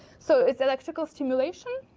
so it's electrical stimulation,